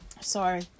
Sorry